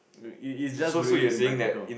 is is just really impractical